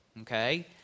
okay